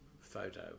photo